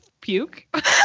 puke